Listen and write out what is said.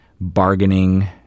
bargaining